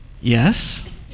Yes